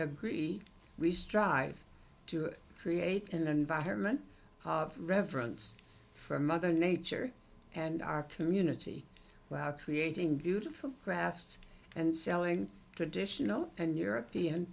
agree we strive to create an environment of reverence for mother nature and our community who have creating beautiful crafts and selling traditional and european